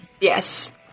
Yes